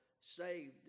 saved